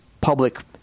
public